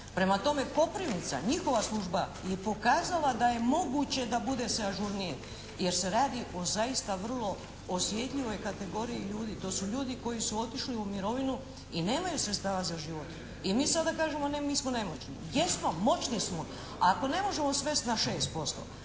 Prema tome, Koprivnica, njihova služba je pokazala da je moguće da bude se ažurniji jer se radi o zaista vrlo osjetljivoj kategoriji ljudi. To su ljudi koji su otišli u mirovinu i nemaju sredstava za život. I mi sada kažemo ne, mi smo nemoćni. Jesmo, moćni smo. A ako ne možemo svesti na 6%